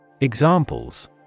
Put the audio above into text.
Examples